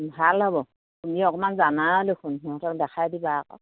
ভাল হ'ব তুমি অকণমান জানা দেখোন সিহঁতক দেখাই দিবা আকৌ